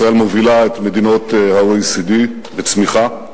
ישראל מובילה את מדינות ה-OECD בצמיחה.